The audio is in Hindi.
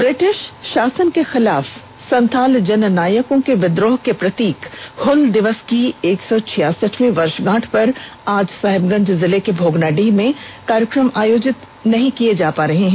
ब्रिटिष शासन के खिलाफ संथाल जननायकों के विद्रोह के प्रतीक हल दिवस की एक सौ छियासठवीं वर्षगांठ पर आज साहिबगंज जिले के भोगनाडीह में कोई कार्यक्रम आयोजित नहीं किया जा रहा है